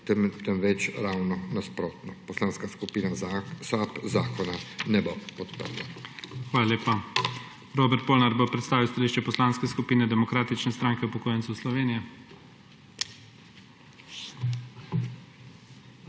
temveč ravno nasprotno. Poslanska skupina SAB zakona ne bo podprla. **PREDSEDNIK IGOR ZORČIČ:** Hvala lepa. Robert Polnar bo predstavil stališče Poslanske skupine Demokratične stranke upokojencev Slovenije.